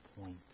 point